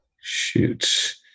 Shoot